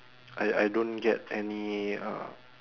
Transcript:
I I don't get any uh